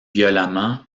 violemment